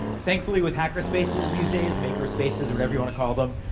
thankfully with hacker spaces these days, maker spaces, or whatever you wanna call them,